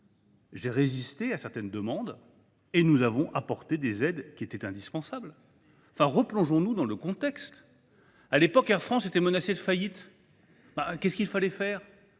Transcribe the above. J’ai résisté à certaines demandes, et nous avons apporté les aides qui étaient indispensables. Merci ! Replongeons nous dans le contexte. À l’époque, Air France était menacée de faillite. Que fallait il faire ?